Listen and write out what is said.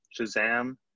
Shazam